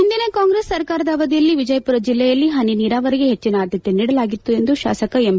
ಹಿಂದಿನ ಕಾಂಗ್ರೆಸ್ ಸರ್ಕಾರದ ಅವಧಿಯಲ್ಲಿ ವಿಜಯಪುರ ಜೆಲ್ಲೆಯಲ್ಲಿ ಹನಿ ನೀರಾವರಿಗೆ ಹೆಚ್ಚಿನ ಆದ್ದತೆ ನೀಡಲಾಗಿತ್ತು ಎಂದು ಶಾಸಕ ಎಮ್